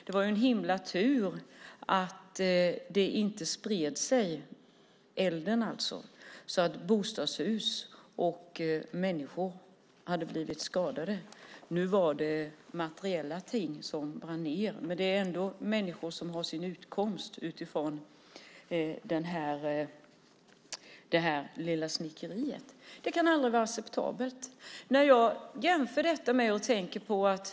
Det var en himla tur att elden inte spred sig så att bostadshus och människor blev skadade. Nu var det materiella ting som brann ned, men det är ändå människor som har sin utkomst utifrån det här lilla snickeriet. Detta kan aldrig vara acceptabelt. Jag kan göra en jämförelse.